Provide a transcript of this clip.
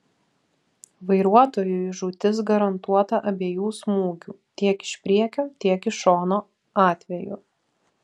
vairuotojui žūtis garantuota abiejų smūgių tiek iš priekio tiek iš šono atveju